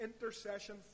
intercession